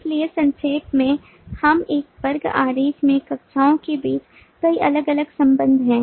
इसलिए संक्षेप में हम एक वर्ग आरेख में कक्षाओं के बीच कई अलग अलग संबंध हैं